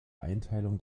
einteilung